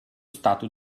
stato